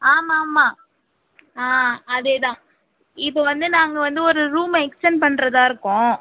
ஆமாம்மா ஆ அதே தான் இது வந்து நாங்கள் வந்து ஒரு ரூமை எக்ஸ்டன்ட் பண்ணுறதாருக்கோம்